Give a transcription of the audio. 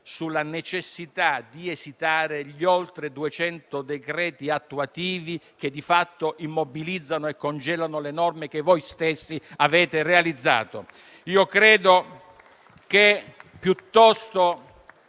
sulla necessità di esitare gli oltre 200 decreti attuativi che di fatto immobilizzano e congelano le norme che voi stessi avete realizzato. Io credo che, piuttosto